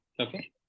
okay